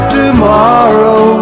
tomorrow